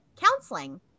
counseling